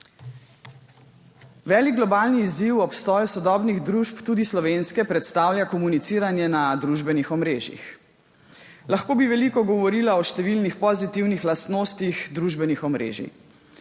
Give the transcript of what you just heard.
Velik globalni izziv obstoju sodobnih družb, tudi slovenske, predstavlja komuniciranje na družbenih omrežjih. Lahko bi veliko govorila o številnih pozitivnih lastnostih družbenih omrežij.